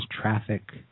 traffic